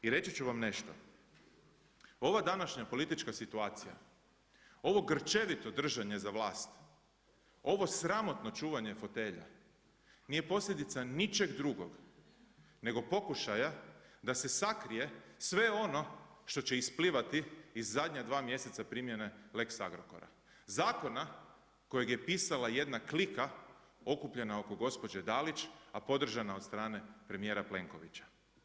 I reći ću vam nešto, ova današnja politička situacija, ovo grčevito držanje za vlast, ovo sramotno čuvanje fotelja, nije posljedica ničeg drugog nego pokušaja da se sakrije sve ono što će isplivati iz zadnja dva mjeseca primjene lex Agrokora, zakona kojeg je pisala jedna klika okupljena oko gospođe Dalić, a podržana od strane premijera Plenkovića.